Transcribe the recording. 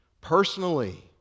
Personally